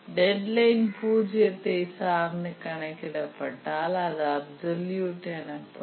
deadline பூஜ்ஜியத்தை சார்ந்து கணக்கிடப் பட்டால் அது அப்சலுயூட் டெட்லைன் எனப்படும்